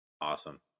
Awesome